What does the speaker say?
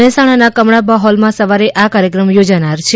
મહેસાણાના કમળાબા હોલમાં સવારે આ કાર્યક્રમ યોજાનાર છે